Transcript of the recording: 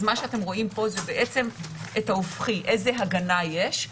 אז מה שאתם רואים פה זה בעצם איזו הגנה יש.